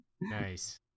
Nice